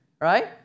right